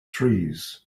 trees